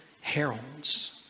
heralds